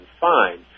fine